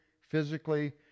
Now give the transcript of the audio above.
physically